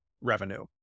revenue